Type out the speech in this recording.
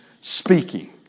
speaking